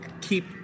keep